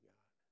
God